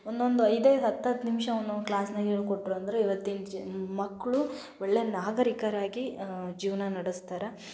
ಒಂದೊಂದು ಐದದು ಹತ್ತತ್ತು ನಿಮಿಷ ಒಂದೊಂದು ಕ್ಲಾಸ್ನಾಗ ಹೇಳಿಕೊಟ್ರು ಅಂದ್ರೆ ಈವತ್ತಿನ ಜ ಮಕ್ಕಳು ಒಳ್ಳೆ ನಾಗರಿಕರಾಗಿ ಜೀವನ ನಡೆಸ್ತಾರೆ